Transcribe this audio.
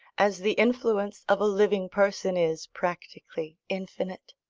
as the influence of a living person is practically infinite.